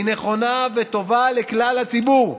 היא נכונה וטובה לכלל הציבור,